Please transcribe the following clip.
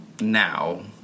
now